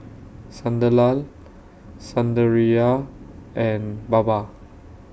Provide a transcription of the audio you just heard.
Sunderlal Sundaraiah and Baba